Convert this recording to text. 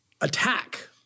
attack